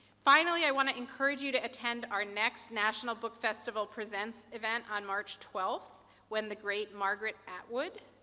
finally, i want to encourage you to attend our next national book festival presents event on march twelfth when the great margaret atwood,